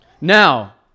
Now